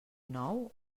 nou